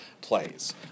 plays